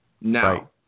Now